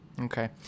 Okay